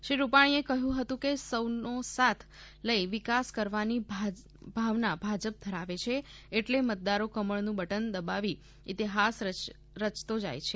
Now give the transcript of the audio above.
શ્રી રૂપાણીએ કહ્યું હતું કે સૌનો સાથ લઈ વિકાસ કરવાની ભાવના ભાજપ ધરાવે છે એટ્લે મતદારો કમળનું બટન દબાવી ઈતિહાસ રયતા જાય છે